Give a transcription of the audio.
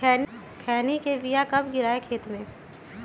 खैनी के बिया कब गिराइये खेत मे?